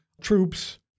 troops